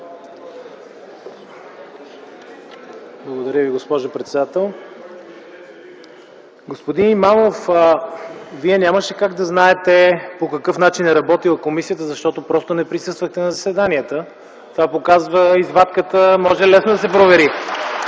Благодаря Ви, госпожо председател. Господин Имамов, Вие нямаше как да знаете по какъв начин е работила комисията, защото просто не присъствахте на заседанията. Това показва извадката, може лесно да се провери.